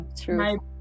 true